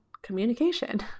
communication